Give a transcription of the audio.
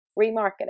Remarketing